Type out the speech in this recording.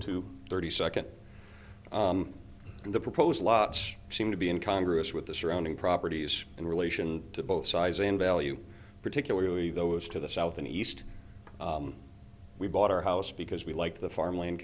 two thirty second the proposed lots seem to be in congress with the surrounding properties in relation to both size and value particularly those to the south and east we bought our house because we like the farmland